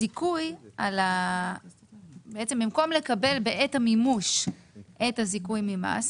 הזיכוי בעצם במקום לקבל בעת המימוש את הזיכוי ממס,